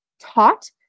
taught